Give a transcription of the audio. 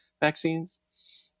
vaccines